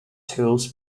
tools